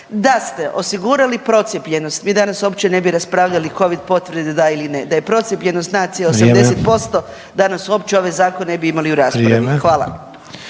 Da ste osigurali procijepljenost mi danas uopće ne bi raspravljali o covid potvrdi da ili ne, da je procijepljenost nacije …/Upadica Sanader: Vrijeme./… 80% danas uopće ovaj zakon ne bi imali u raspravi.